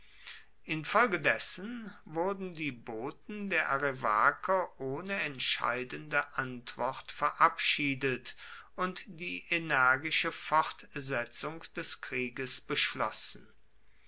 infolgedessen wurden die boten der arevaker ohne entscheidende antwort verabschiedet und die energische fortsetzung des krieges beschlossen